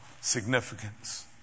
significance